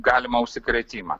galimą užsikrėtimą